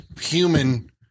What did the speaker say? human